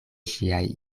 ŝiaj